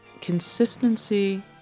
consistency